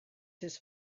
his